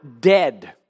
dead